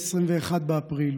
21 באפריל,